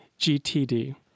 GTD